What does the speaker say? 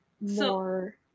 more